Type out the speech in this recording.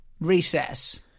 recess